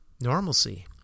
normalcy